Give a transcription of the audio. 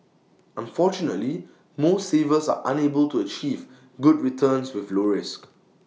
unfortunately most savers are unable to achieve good returns with low risk